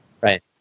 Right